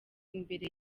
imbere